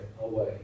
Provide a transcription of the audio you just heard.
away